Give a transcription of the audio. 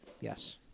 yes